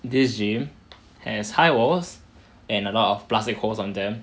this gym has high walls and a lot of plastic holes on them